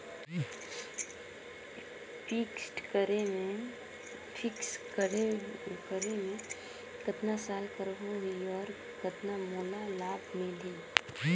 Fixed करे मे कतना साल कर हो ही और कतना मोला लाभ मिल ही?